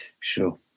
Sure